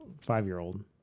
five-year-old